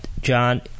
John